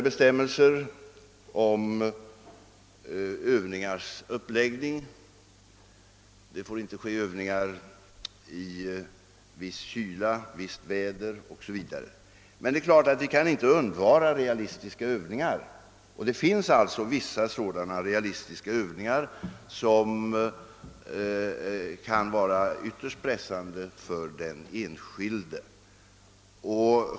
Bestämmelserna om Öövningarnas uppläggning är mycket detaljerade; sålunda får övningar inte företas i visst väder — viss kyla o. s. v. Men det är klart att vi inte kan undvara realistiska övningar, och det finns vissa sådana övningar som kan vara ytterst pressande för den enskilde.